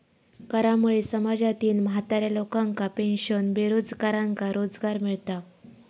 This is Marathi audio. करामुळे समाजातील म्हाताऱ्या लोकांका पेन्शन, बेरोजगारांका रोजगार मिळता